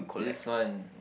this one